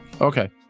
Okay